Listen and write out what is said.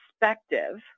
perspective